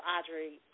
Audrey